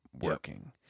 working